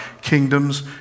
kingdoms